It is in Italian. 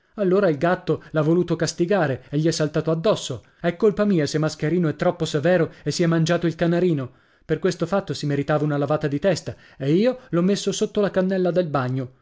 allora il gatto l'ha voluto castigare e gli è saltato addosso è colpa mia se mascherino è troppo severo e si è mangiato il canarino per questo fatto si meritava una lavata di testa e io l'ho messo sotto la cannella del bagno